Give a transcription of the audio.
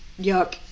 yuck